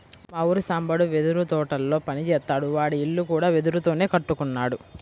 మా ఊరి సాంబడు వెదురు తోటల్లో పని జేత్తాడు, వాడి ఇల్లు కూడా వెదురుతోనే కట్టుకున్నాడు